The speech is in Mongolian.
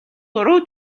буруу